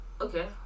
Okay